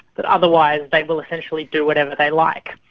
but otherwise they will essentially do whatever they like.